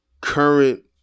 current